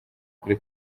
kuri